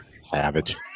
Savage